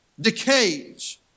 decays